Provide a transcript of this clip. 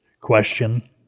question